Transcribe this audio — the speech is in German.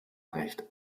recht